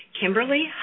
Kimberly